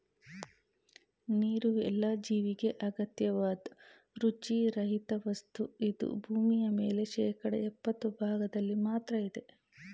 ನೀರುಎಲ್ಲ ಜೀವಿಗೆ ಅಗತ್ಯವಾದ್ ರುಚಿ ರಹಿತವಸ್ತು ಇದು ಭೂಮಿಮೇಲೆ ಶೇಕಡಾ ಯಪ್ಪತ್ತು ಭಾಗ್ದಲ್ಲಿ ಮಾತ್ರ ಇದೆ